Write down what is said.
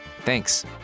Thanks